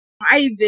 private